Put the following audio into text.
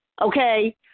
okay